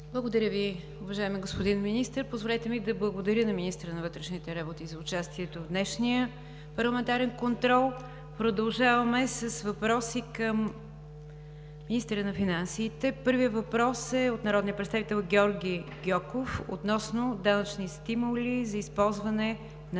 Благодаря Ви, уважаеми господин Министър! Позволете ми да благодаря на министъра на вътрешните работи за участието в днешния